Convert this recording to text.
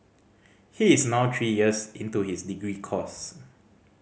he is now three years into his degree course